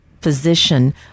physician